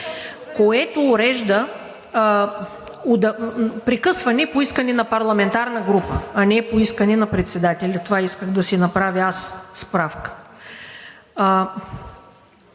което урежда прекъсване по искане на парламентарна група, а не по искане на председателя – това исках, да си направя справка.